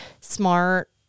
smart